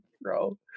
bro